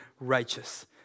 righteous